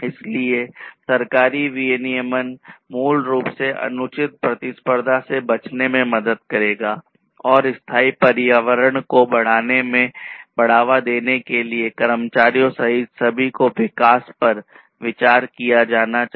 इसलिए सरकारी विनियमन मूल रूप से अनुचित प्रतिस्पर्धा से बचने में मदद करेगा और स्थायी पर्यावरण को बढ़ावा देने के लिए कर्मचारियों सहित सभी के विकास पर विचार किया किया जाना चाहिए